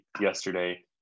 yesterday